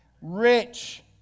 Rich